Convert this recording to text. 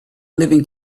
living